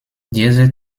diese